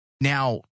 Now